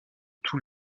tous